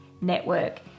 network